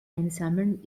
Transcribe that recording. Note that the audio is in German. einsammeln